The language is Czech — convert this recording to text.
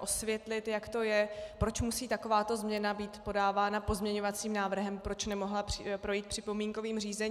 osvětlit, jak to je, proč musí takováto změna být podávána pozměňovacím návrhem, proč nemohla projít připomínkovým řízením.